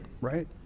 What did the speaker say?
right